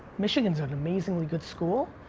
michigan's an amazingly good school,